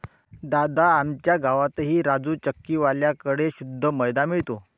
दादा, आमच्या गावातही राजू चक्की वाल्या कड़े शुद्ध मैदा मिळतो